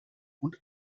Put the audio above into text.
und